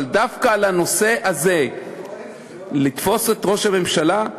אבל דווקא בנושא הזה לתפוס את ראש הממשלה?